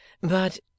But